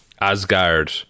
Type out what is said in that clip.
Asgard